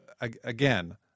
again